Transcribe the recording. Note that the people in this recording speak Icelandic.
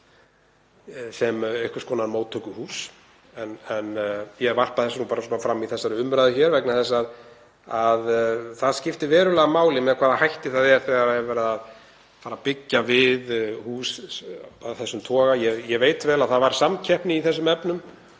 sem einhvers konar móttökuhús. Ég varpa þessu bara fram í þessari umræðu hér vegna þess að það skiptir verulegu máli með hvaða hætti það er gert þegar verið er að byggja við hús af þessum toga. Ég veit vel að það var samkeppni í þessum efnum